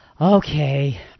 okay